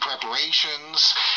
preparations